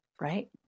right